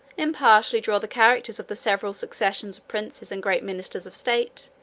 impartially draw the characters of the several successions of princes and great ministers of state,